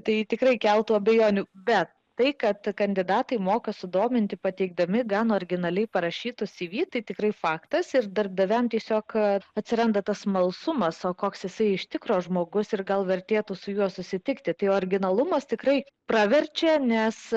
tai tikrai keltų abejonių bet tai kad kandidatai moka sudominti pateikdami gan originaliai parašytus cv tikrai faktas ir darbdaviams tiesiog kad atsiranda tas smalsumas o koks jisai iš tikro žmogus ir gal vertėtų su juo susitikti tai originalumas tikrai praverčia nes